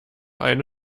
eine